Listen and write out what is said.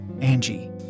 Angie